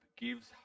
gives